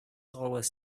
always